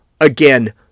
again